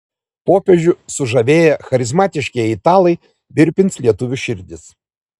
popiežių sužavėję charizmatiškieji italai virpins lietuvių širdis